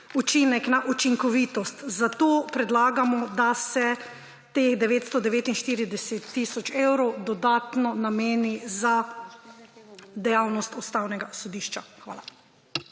učinek na učinkovitost. Zato predlagamo, da se teh 949 tisoč evrov dodatno nameni za Dejavnost ustavnega sodišča. Hvala.